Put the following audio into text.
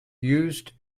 used